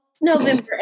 November